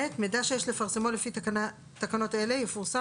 (ב)מידע שיש לפרסמו לפי תקנות אלה יפורסם